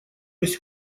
есть